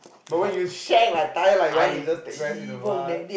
but when you shag like tired like you want to just take rest in awhile